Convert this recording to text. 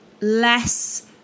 less